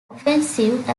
offensive